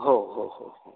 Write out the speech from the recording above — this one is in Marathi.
हो हो हो हो